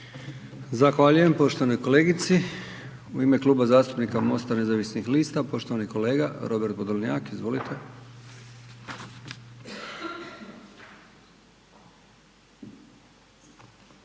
Zahvaljujem poštovanoj kolegici. U ime Kluba zastupnika Mosta nezavisnih lista, poštovani kolega Robert Podolnjak, izvolite.